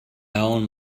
own